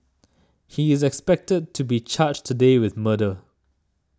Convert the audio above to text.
he is expected to be charged today with murder